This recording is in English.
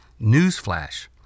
Newsflash